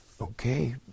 okay